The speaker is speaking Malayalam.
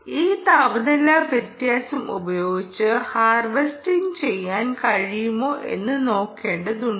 ഈ താപനില വ്യത്യാസം ഉപയോഗിച്ച് ഹാർവെസ്റ്റിംഗ് ചെയ്യാൻ കഴിയുമോ എന്ന് നോക്കേണ്ടതുണ്ട്